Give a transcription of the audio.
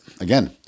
again